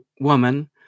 woman